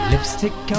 Lipstick